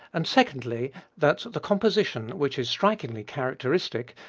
and, secondly, that the composition, which is strikingly characteristic,